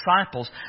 disciples